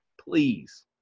Please